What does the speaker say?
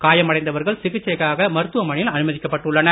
காயமடைந்தவர்கள் சிகிச்சைக்காக மருத்துவமனையில் அனுமதிக்கப்பட்டுள்ளனர்